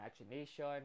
imagination